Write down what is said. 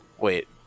wait